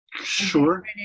sure